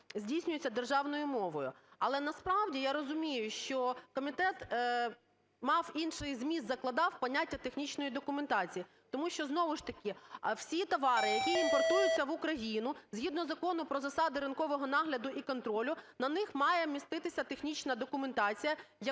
здійснюється державною мовою. Але насправді я розумію, що комітет мав, інший зміст закладав в поняття технічної документації. Тому що знову ж таки всі товари, які імпортуються в Україну згідно Закону про засади ринкового нагляду і контролю, на них має міститися технічна документація,